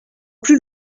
plus